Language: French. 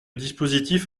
dispositif